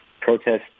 Protests